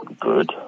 Good